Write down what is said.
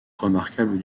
remarquable